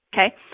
okay